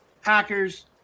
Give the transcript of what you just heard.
hackers